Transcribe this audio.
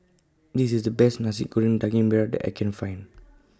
This IS The Best Nasi Goreng Daging Merah that I Can Find